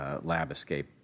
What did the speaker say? lab-escape